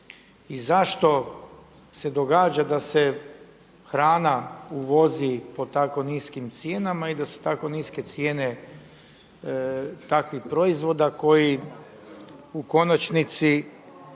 zašto se događa da se hrana uvozi po tako niskim cijenama i da su tako niske cijene takvih proizvoda koji u konačnici